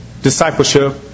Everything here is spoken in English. discipleship